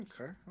Okay